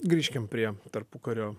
grįžkim prie tarpukario